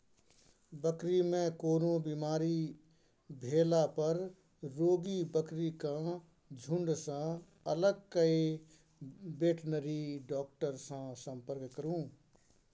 बकरी मे कोनो बेमारी भेला पर रोगी बकरी केँ झुँड सँ अलग कए बेटनरी डाक्टर सँ संपर्क करु